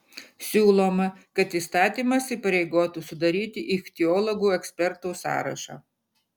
siūloma kad įstatymas įpareigotų sudaryti ichtiologų ekspertų sąrašą